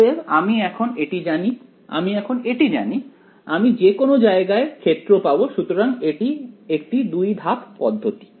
অতএব আমি এখন এটি জানি আমি এখন এটি জানি আমি যে কোন জায়গায় ক্ষেত্র পাব সুতরাং এটি একটি দুই ধাপ পদ্ধতি